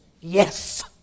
yes